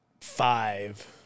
five